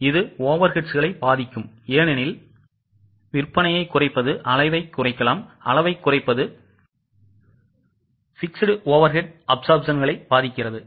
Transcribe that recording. இது overheadsகளை பாதிக்கும் ஏனெனில் விற்பனையை குறைப்பது அளவைக் குறைக்லாம் அளவைக் குறைப்பது fixed overhead absorptionகளை பாதிக்கிறது